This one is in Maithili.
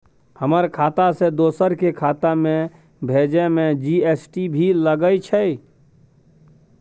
हमर खाता से दोसर के खाता में भेजै में जी.एस.टी भी लगैछे?